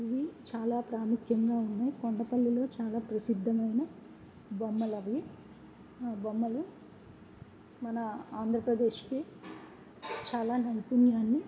ఇవి చాలా ప్రాముఖ్యంగా ఉన్నాయి కొండపల్లిలో చాలా ప్రసిద్ధమైన బొమ్మలు అవి ఆ బొమ్మలు మన ఆంధ్రప్రదేశ్కి చాలా నైపుణ్యాన్ని